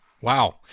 Wow